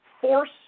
force